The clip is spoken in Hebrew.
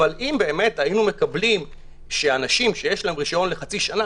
אבל אם היינו מקבלים שאנשים שיש להם רשיון לחצי שנה,